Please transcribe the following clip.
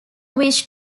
wish